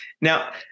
now